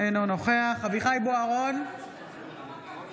אינו נוכח אביחי אברהם בוארון,